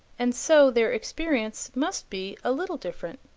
and so their experience must be a little different.